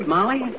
Molly